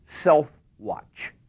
Self-Watch